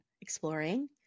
exploring